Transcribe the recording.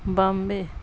Bombay